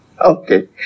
Okay